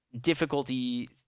difficulty